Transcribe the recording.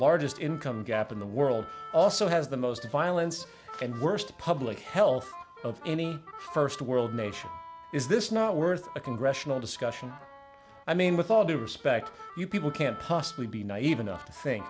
largest income gap in the world also has the most violence and worst public health of any first world nation is this not worth a congressional discussion i mean with all due respect you people can't possibly be naive enough t